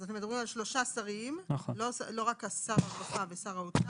אז אתם מדברים על שלושה שרים; לא רק שר הרווחה ושר האוצר,